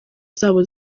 zabo